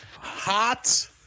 Hot